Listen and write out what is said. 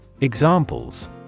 Examples